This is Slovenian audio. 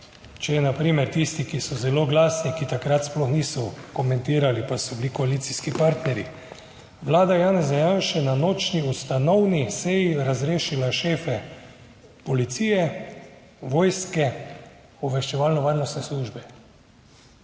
Če na primer tisti, ki so zelo glasni, ki takrat sploh niso komentirali pa so bili koalicijski partnerji. Vlada Janeza Janše na nočni ustanovni seji razrešila šefe policije, vojske, obveščevalno-varnostne službe.